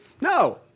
No